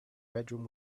bedroom